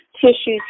tissues